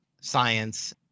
science